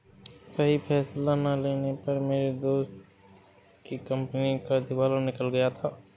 सही फैसला ना लेने पर मेरे एक दोस्त की कंपनी का दिवाला निकल गया था